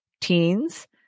Teens